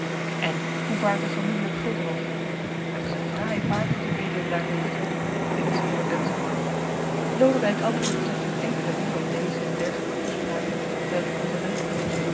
en hoe vaart de familie op guldenhof het is een fraai paard dat ued daar heeft enz enz lodewijk antwoordde slechts met enkele woorden op deze en dergelijke toespraken welke ik tot